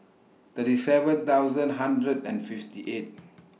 thirty seven thousand hundred and fifty eight